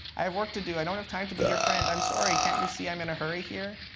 i have work to do. i don't have time to be your friend. i'm sorry. can't you see i'm in a hurry here?